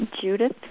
judith